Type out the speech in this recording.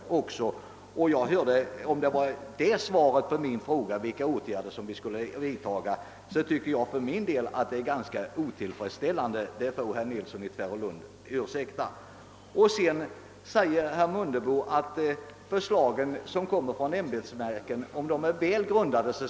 Jag hörde vad herr Nilsson i Tvärålund sade, och om detta var svaret på min fråga om vilka åtgärder vi skulle vidta, tycker jag att svaret var ganska otillfredsställande — det får herr Nilsson i Tvärålund ursäkta. Herr Mundebo sade att vi bör godta förslag som kommer från ämbetsverken, om de är välgrundade.